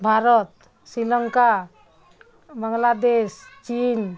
Bharat Sri Lanka Bangladesh Chin